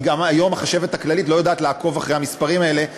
כי גם היום החשבת הכללית לא יודעת לעקוב אחרי המספרים האלה,